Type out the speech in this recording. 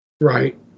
Right